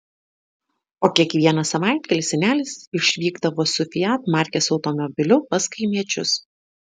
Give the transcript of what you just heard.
o kiekvieną savaitgalį senelis išvykdavo su fiat markės automobiliu pas kaimiečius